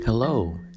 Hello